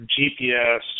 GPS